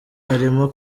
arimo